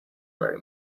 very